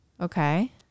Okay